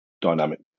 dynamic